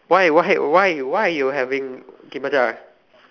why why why why why you having okay Macha